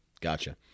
Gotcha